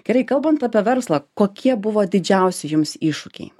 gerai kalbant apie verslą kokie buvo didžiausi jums iššūkiai